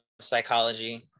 Psychology